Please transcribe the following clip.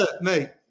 mate